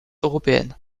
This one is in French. européenne